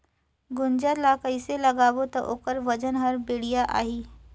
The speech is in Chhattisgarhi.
गुनजा ला कइसे लगाबो ता ओकर वजन हर बेडिया आही?